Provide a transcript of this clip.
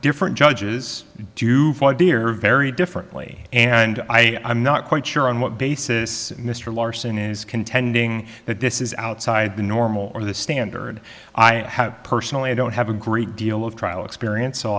different judges do for dear very differently and i am not quite sure on what basis mr larson is contending that this is outside the normal or the standard i have personally i don't have a great deal of trial experience